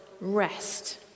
rest